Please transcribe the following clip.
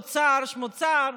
אוצר-שמוצר?